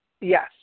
yes